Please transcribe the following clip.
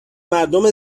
مردم